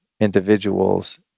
individuals